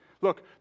Look